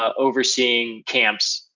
ah overseeing camps,